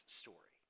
story